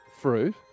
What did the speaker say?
fruit